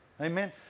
Amen